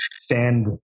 stand